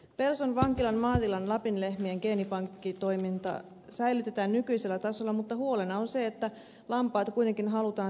pelson vankilan maatilan lapinlehmien geenipankkitoiminta säilytetään nykyisellä tasolla mutta huolena on se että lampaita kuitenkin halutaan siirtää muualle